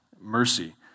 mercy